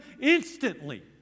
instantly